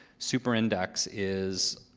super index is